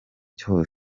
hose